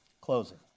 Closing